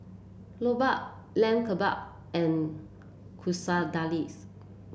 Jokbal Lamb Kebabs and Quesadillas